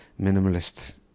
minimalist